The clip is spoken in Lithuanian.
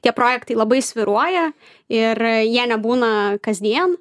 tie projektai labai svyruoja ir jie nebūna kasdien